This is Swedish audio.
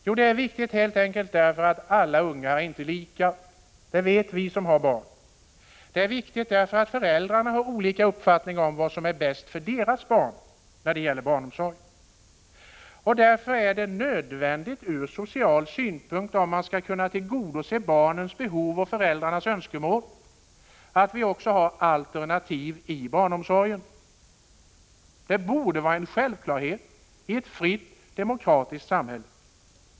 Jo, det är viktigt helt enkelt därför att alla ungar inte är lika — det vet vi som har barn. Det är vidare viktigt därför att föräldrarna har olika uppfattning om vad som är bäst för deras barn när det gäller barnomsorgen. Därför är det nödvändigt ur social synpunkt, om man skall kunna tillgodose barnens behov och föräldrarnas önskemål, att det även finns alternativ i barnomsorgen. Det borde vara en självklarhet i ett fritt demokratiskt samhälle.